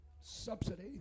subsidy